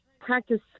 practice